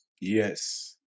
Yes